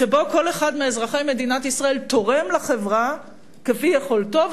שבו כל אחד מאזרחי מדינת ישראל תורם לחברה כפי יכולתו,